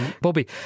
Bobby